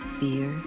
fear